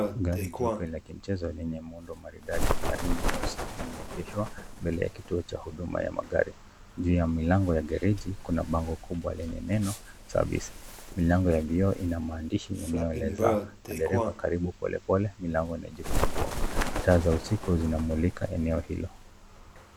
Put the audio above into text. Gari jeupe la mchezo lenye muundo maridadi na [rimu] nyeusi limeegeshwa mbele ya kituo cha huduma ya magari, juu ya milango ya gari hichi kuna bango kubwa lenye neno [service]. Milango ya vioo ina maandishi inayoeleza madereva karibu pole pole milango zinajifungua. Taa za usiku zinamulika eneo hilo.